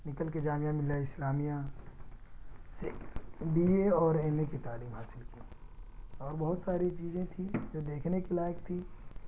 نکل کے جامعہ ملیہ اسلامیہ سے بی اے اور ایم اے کی تعلیم حاصل کی اور بہت ساری چیزیں تھیں جو دیکھنے کے لائق تھیں